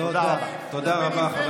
תודה רבה.